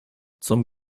zum